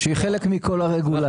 שהם חלק מכל הרגולציה.